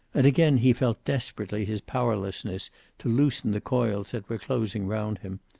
and again he felt desperately his powerlessness to loosen the coils that were closing round him,